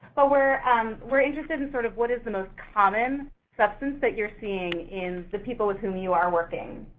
but we're um we're interested in, sort of, what is the most common substance that you're seeing in the people with whom you are working.